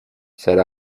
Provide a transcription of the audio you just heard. said